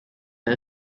her